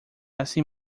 assim